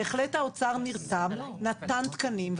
בהחלט האוצר נרתם, נתן תקנים.